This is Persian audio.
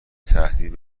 تهدید